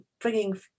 bringing